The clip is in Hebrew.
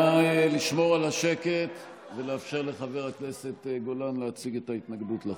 נא לשמור על השקט ולאפשר לחבר הכנסת גולן להציג את ההתנגדות לחוק.